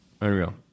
Unreal